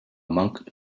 monk